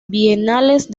bienales